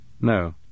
No